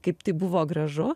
kaip tai buvo gražu